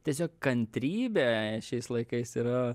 tiesiog kantrybė šiais laikais yra